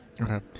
Okay